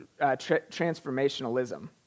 Transformationalism